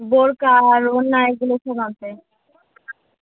বোরখা আর ওড়না এগুলো সব আছে